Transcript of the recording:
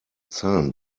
zahlen